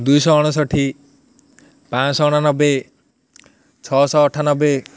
ଦୁଇଶହ ଅଣଷଠି ପାଞ୍ଚଶହ ଅଣାନବେ ଛଅଶହ ଅଠାନବେ